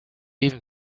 even